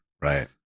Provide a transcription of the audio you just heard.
right